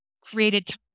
created